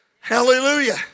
Hallelujah